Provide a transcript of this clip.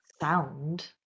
sound